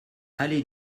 allée